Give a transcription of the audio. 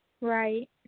Right